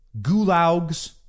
gulags